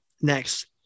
next